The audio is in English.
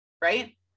right